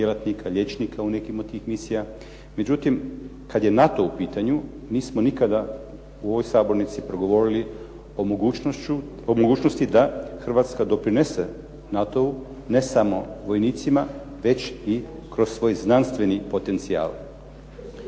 djelatnika, liječnika u nekim od tih misija. Međutim, kad je NATO u pitanju nismo nikada u ovoj sabornici progovorili o mogućnosti da Hrvatska doprinese NATO-u ne samo vojnicima već i kroz svoj znanstveni potencijal.